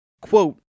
Quote